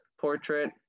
portrait